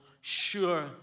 sure